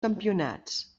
campionats